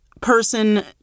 person